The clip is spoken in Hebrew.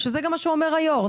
שזה גם מה שאומר היו"ר,